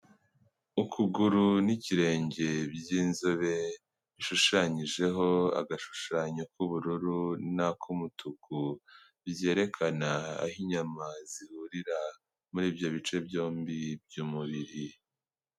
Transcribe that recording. Ukuguru n'ikirengenge by'inzobe, bishushanyijeho agashushanyo k'ubururu n'ak'umutuku, byerekana aho inyama zihurira muri ibyo bice byombi by'umubiri.